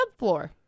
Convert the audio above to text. subfloor